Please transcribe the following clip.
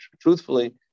truthfully